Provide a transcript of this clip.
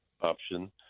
option